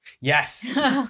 Yes